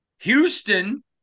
Houston